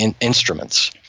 instruments